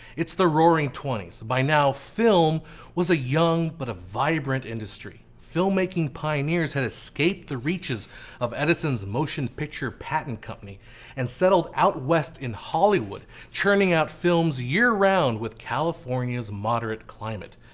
it's the roaring twenty s so by now film was a young but a vibrant industry. filmmaking pioneers had escaped the reaches of edison's motion picture patent company and settled out west in hollywood churning out films year-round with california's moderate climate.